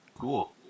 Cool